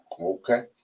okay